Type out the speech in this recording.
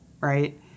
right